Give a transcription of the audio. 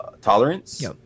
tolerance